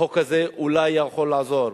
החוק הזה אולי יכול לעזור,